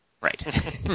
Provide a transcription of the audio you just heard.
Right